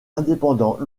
indépendant